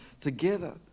together